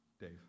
Dave